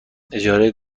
اجاره